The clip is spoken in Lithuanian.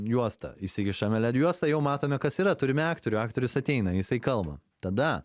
juostą įsikišame led juostą jau matome kas yra turime aktorių aktorius ateina jisai kalba tada